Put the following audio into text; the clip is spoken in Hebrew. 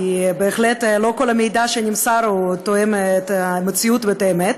כי בהחלט לא כל המידע שנמסר תואם את המציאות ואת האמת.